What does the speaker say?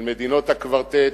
של מדינות הקוורטט,